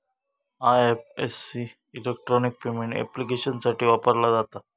IFSC electronic payment ऍप्लिकेशन्ससाठी वापरला जाता